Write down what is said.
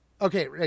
Okay